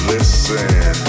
Listen